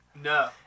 no